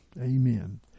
Amen